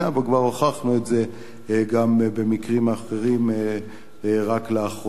וכבר הוכחנו את זה גם במקרים אחרים רק לאחרונה.